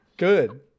Good